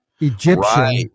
egyptian